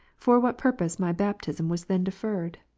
for what purpose my baptism was then defer red?